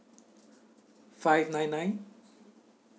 five nine nine